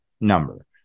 number